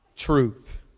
Truth